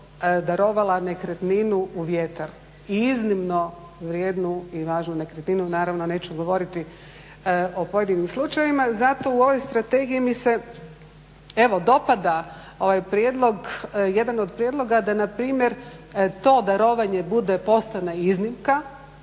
darovala nekretninu u vjetar i iznimno vrijednu i važnu nekretninu. Naravno neću govoriti o pojedinim slučajevima, zato u ovoj strategiji mi se evo dopada ovaj prijedlog, jedan od prijedloga da na primjer to darovanje bude, postane iznimka,